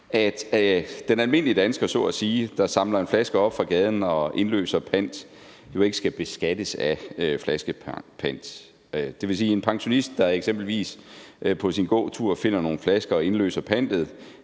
at den almindelige dansker så at sige, der samler en flaske op fra gaden og indløser pant, jo ikke skal beskattes af flaskepant. Det vil sige, at en pensionist, der eksempelvis på sin gåtur finder nogle flasker og indløser pantet